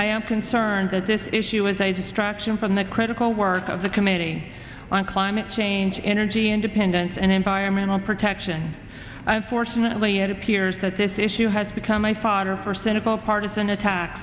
i am concerned that this issue is a distraction from the critical work of the committee on climate change energy independence and environmental protection unfortunately it appears that this issue has become my fodder for cynical as an attack